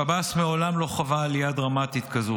שב"ס מעולם לא חווה עלייה דרמטית כזאת,